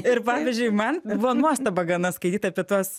ir pavyzdžiui man buvo nuostaba gana skaityt apie tuos